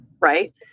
right